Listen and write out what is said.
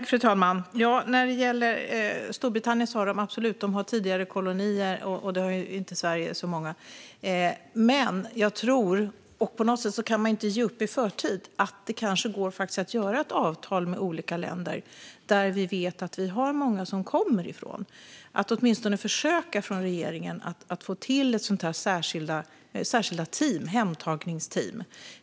Fru talman! När det gäller Storbritannien är det absolut så att de har tidigare kolonier; det har inte Sverige så många. Men jag tror - och på något sätt kan man inte ge upp i förtid - att det kanske faktiskt går att träffa avtal med olika länder, som vi vet att många kommer från. Regeringen borde åtminstone försöka att få till särskilda hemtagningsteam.